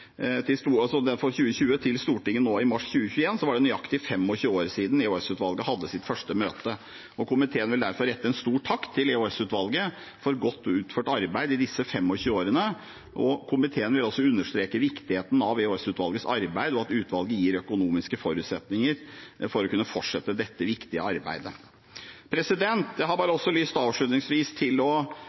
2020 til Stortinget i mars 2021, var det nøyaktig 25 år siden EOS-utvalget hadde sitt første møte, og komiteen vil derfor rette en stor takk til EOS-utvalget for godt utført arbeid i disse 25 årene. Komiteen vil også understreke viktigheten av EOS-utvalgets arbeid, og at utvalget gis økonomiske forutsetninger for å kunne fortsette dette viktige arbeidet. Jeg har bare avslutningsvis lyst til å